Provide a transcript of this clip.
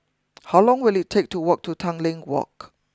how long will it take to walk to Tanglin walk